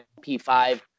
P5